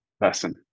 person